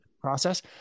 process